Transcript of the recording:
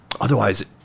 Otherwise